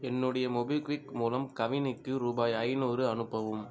என்னுடைய மொபிக்விக் மூலம் கவினிற்கு ரூபாய் ஐநூறு அனுப்பவும்